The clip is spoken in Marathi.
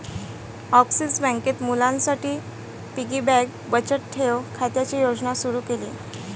ॲक्सिस बँकेत मुलांसाठी पिगी बँक बचत ठेव खात्याची योजना सुरू केली